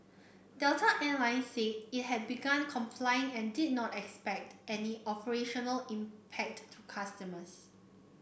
delta Air Line said it had begun complying and did not expect any operational impact to customers